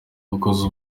ukoze